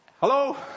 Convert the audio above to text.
hello